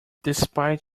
despite